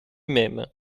même